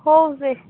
ହଉ